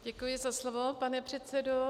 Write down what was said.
Děkuji za slovo, pane předsedo.